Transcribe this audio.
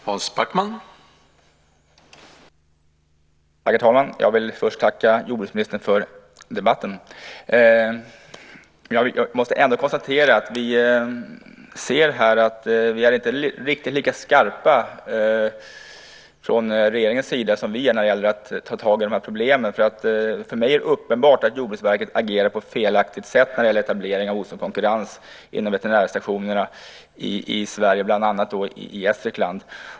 Herr talman! Jag vill först tacka ministern för debatten. Jag måste ändå konstatera att vi ser att ni inte är riktigt lika skarpa från regeringens sida som vi är när det gäller att ta tag i de här problemen. För mig är det uppenbart att Jordbruksverket agerar på ett felaktigt sätt i fråga om etablering och osund konkurrens inom veterinärstationerna i Sverige, bland annat i Gästrikland.